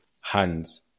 hands